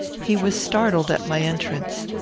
he was startled at my entrance.